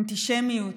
אנטישמיות,